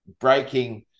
breaking